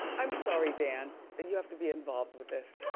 i'm sorry, dan, that you have to be involved with this.